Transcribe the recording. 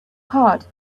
heart